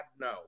No